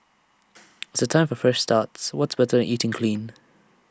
the time for fresh starts what's better than eating clean